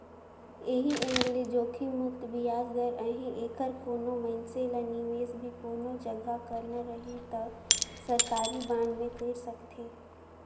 ऐही एंग ले जोखिम मुक्त बियाज दर रहें ऐखर कोनो मइनसे ल निवेस भी कोनो जघा करना रही त सरकारी बांड मे कइर सकथे